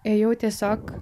ėjau tiesiog